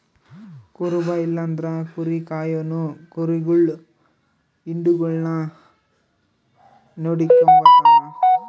ಕುರುಬ ಇಲ್ಲಂದ್ರ ಕುರಿ ಕಾಯೋನು ಕುರಿಗುಳ್ ಹಿಂಡುಗುಳ್ನ ನೋಡಿಕೆಂಬತಾನ